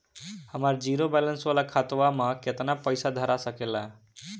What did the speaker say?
हमार zero balance वाला खतवा म केतना पईसा धरा सकेला?